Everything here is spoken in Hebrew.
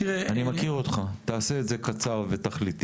תעשה את זה קצר ותכליתי